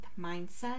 mindset